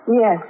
Yes